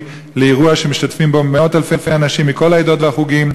לאירוע שמשתתפים בו מאות-אלפי אנשים מכל העדות והחוגים,